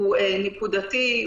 נקודתי,